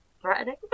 threatening